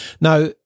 Now